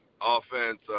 offense